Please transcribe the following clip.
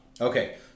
Okay